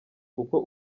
kuko